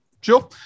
sure